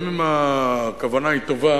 גם אם הכוונה היא טובה,